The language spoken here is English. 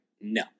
no